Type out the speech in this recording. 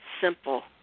simple